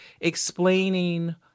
explaining